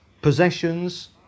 possessions